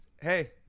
hey